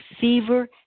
fever